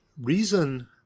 reason